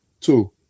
two